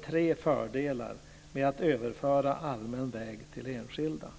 tre fördelar med att överföra allmän väg till enskild väg.